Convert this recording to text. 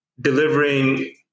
delivering